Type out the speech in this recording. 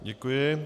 Děkuji.